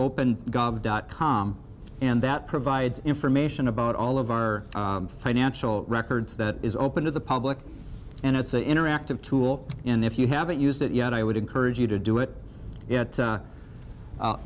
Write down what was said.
gov dot com and that provides information about all of our financial records that is open to the public and it's an interactive tool and if you haven't used it yet i would encourage you to do it it